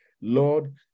Lord